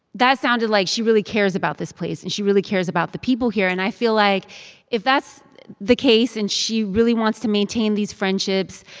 that sounded like she really cares about this this place, and she really cares about the people here. and i feel like if that's the case, and she really wants to maintain these friendships,